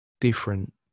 different